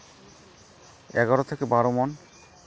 ᱮᱜᱟᱨᱚ ᱛᱷᱮᱠᱮ ᱵᱟᱨᱚ ᱢᱚᱱ